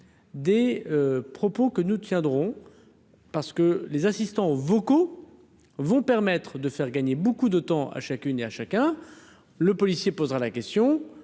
des propos que nous tiendrons parce que les assistants vocaux vont permettre de faire gagner beaucoup de temps à chacune et à chacun, le policier posera la question,